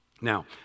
Now